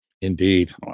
Indeed